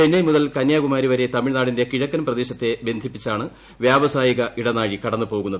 ചെന്നൈ മുതൽ കന്യാകുമാരിവരെ തമിഴ്നാടിന്റെ കിഴക്കൻ തീരപ്രദേശത്തെ ബന്ധിപ്പിച്ചാണ് വ്യാവസായിക ഇടനാഴി കടന്നുപോകുന്നത്